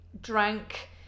drank